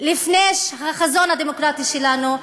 לפני החזון הדמוקרטי שלנו,